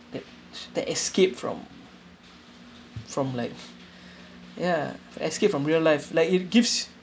that the escape from from life ya escape from real life like it gives